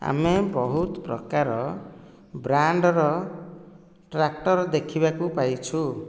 ଆମେ ବହୁତ ପ୍ରକାର ବ୍ରାଣ୍ଡର ଟ୍ରାକ୍ଟର ଦେଖିବାକୁ ପାଇଛୁ